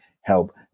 help